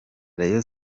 rayon